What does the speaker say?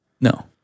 No